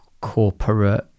corporate